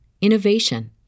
innovation